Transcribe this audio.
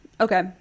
Okay